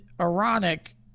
ironic